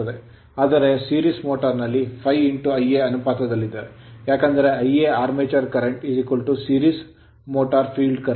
ಆದರೆ series motor ಸರಣಿ motor ನಲ್ಲಿ ∅ Ia ಅನುಪಾತದಲ್ಲಿದೆ ಏಕೆಂದರೆ Ia armature current armature current series motor ಸರಣಿ ಮೋಟರ್ ನಲ್ಲಿ field current ಫೀಲ್ಡ್ ಕರೆಂಟ್